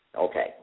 Okay